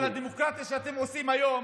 אבל הדמוקרטיה שאתם עושים היום